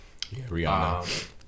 Rihanna